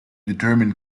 determine